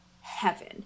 heaven